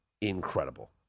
incredible